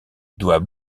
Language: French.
doit